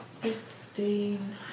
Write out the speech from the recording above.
Fifteen